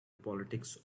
politics